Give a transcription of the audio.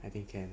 I think can